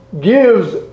gives